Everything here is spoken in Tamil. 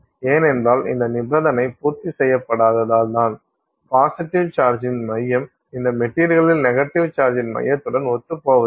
ஏனென்றால் இந்த நிபந்தனை பூர்த்தி செய்யப்படாததால் தான் பாசிட்டிவ் சார்ஜின் மையம் இந்த மெட்டீரியல்ளில் நெகட்டிவ் சார்ஜின் மையத்துடன் ஒத்துப்போவதில்லை